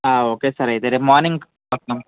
okay sir అయితే రేపు morning కడతాము